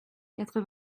quatre